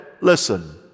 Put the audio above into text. listen